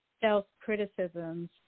self-criticisms